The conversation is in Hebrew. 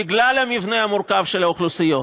בגלל המבנה המורכב של האוכלוסיות,